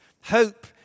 hope